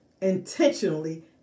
Intentionally